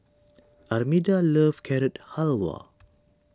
Armida loves Carrot Halwa